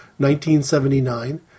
1979